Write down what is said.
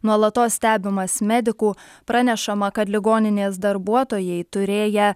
nuolatos stebimas medikų pranešama kad ligoninės darbuotojai turėję